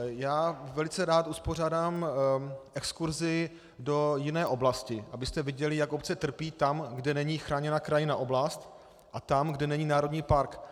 Já velice rád uspořádám exkurzi do jiné oblasti, abyste viděli, jak obce trpí tam, kde není chráněná krajinná oblast, a tam, kde není národní park.